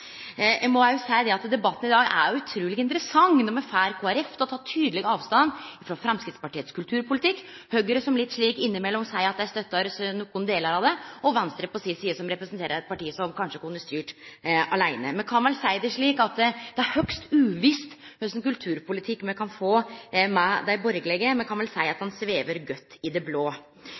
Eg må òg seie at debatten i dag er utruleg interessant når me får Kristeleg Folkeparti til å ta tydeleg avstand frå Framstegspartiets kulturpolitikk, me får Høgre som litt slik innimellom seier at dei støttar nokre delar av det, og me får Venstre som på si side representerer eit parti som kanskje kunne ha styrt aleine. Me kan vel seie det slik at det er høgst uvisst kva slags kulturpolitikk me kan få med dei borgarlege – me kan vel seie at han svevar godt i det blå.